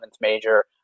major